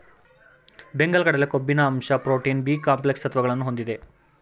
ಬೆಂಗಲ್ ಕಡಲೆ ಕೊಬ್ಬಿನ ಅಂಶ ಪ್ರೋಟೀನ್, ಬಿ ಕಾಂಪ್ಲೆಕ್ಸ್ ಸತ್ವಗಳನ್ನು ಹೊಂದಿದೆ